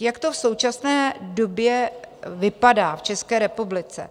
Jak to v současné době vypadá v České republice?